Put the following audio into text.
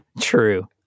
True